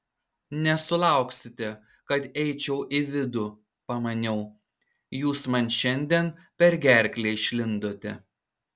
nesulauksite kad eičiau į vidų pamaniau jūs man šiandien per gerklę išlindote